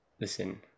listen